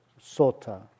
sota